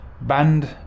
banned